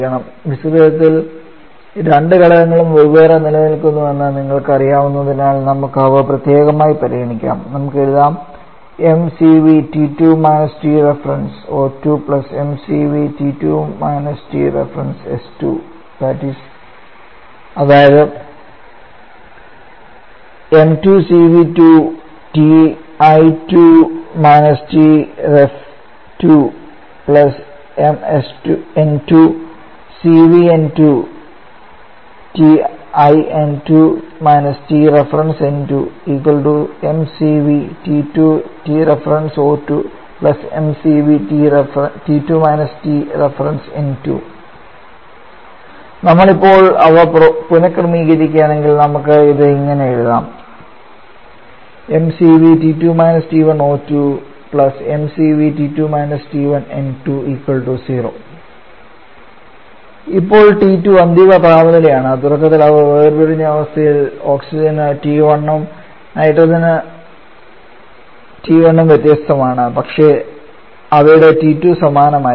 ഈ മിശ്രിതത്തിൽ രണ്ട് ഘടകങ്ങളും വെവ്വേറെ നിലനിൽക്കുന്നുവെന്ന് നിങ്ങൾക്ക് അറിയാവുന്നതിനാൽ നമുക്ക് അവ പ്രത്യേകമായി പരിഗണിക്കാം നമുക്ക് എഴുതാം അതായത് നമ്മൾ ഇപ്പോൾ അവ പുനക്രമീകരിക്കുകയാണെങ്കിൽ നമുക്ക് ഇത് ഇങ്ങനെ എഴുതാം ഇപ്പോൾ T2 അന്തിമ താപനിലയാണ് തുടക്കത്തിൽ അവ വേർപിരിഞ്ഞ അവസ്ഥയിൽ ഓക്സിജന് T1 ഉം നൈട്രജന് T1 ഉം വ്യത്യസ്തമാണ് പക്ഷേ അവയുടെ T2 സമാനമായിരിക്കണം